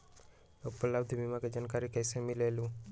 उपलब्ध बीमा के जानकारी कैसे मिलेलु?